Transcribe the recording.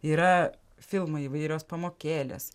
yra filmai įvairios pamokėlės